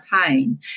pain